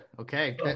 Okay